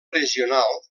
regional